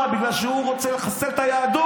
יתגייסו בגלל שהוא רוצה לחסל את היהדות.